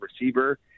receiver